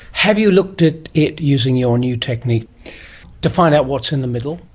have you looked at it using your new technique to find out what's in the middle?